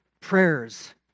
prayers